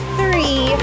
three